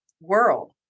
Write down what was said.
world